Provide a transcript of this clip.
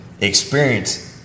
experience –